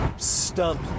stump